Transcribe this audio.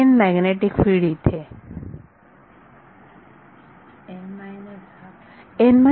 n magnetic field इथे विद्यार्थी n 12